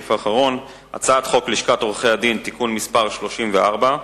הסעיף האחרון: הצעת חוק לשכת עורכי-הדין (תיקון מס' 34)